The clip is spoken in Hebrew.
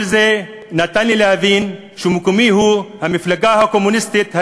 כל זה נתן לי להבין שמקומי הוא המפלגה הקומוניסטית היהודית-ערבית,